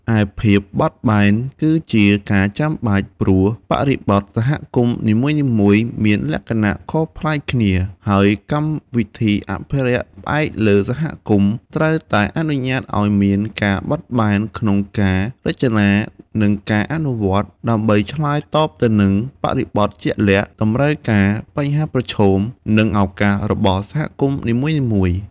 ឯភាពបត់បែន គឺជាការចាំបាច់ ព្រោះបរិបទសហគមន៍នីមួយៗមានលក្ខណៈខុសប្លែកគ្នា ហើយកម្មវិធីអភិរក្សផ្អែកលើសហគមន៍ ត្រូវតែអនុញ្ញាតឱ្យមាន ការបត់បែន ក្នុងការរចនា និងការអនុវត្ត ដើម្បីឆ្លើយតបទៅនឹងបរិបទជាក់លាក់ តម្រូវការ បញ្ហាប្រឈម និងឱកាសរបស់សហគមន៍នីមួយៗ។